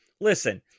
listen